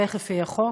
תכף יהיה חוק,